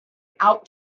out